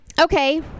Okay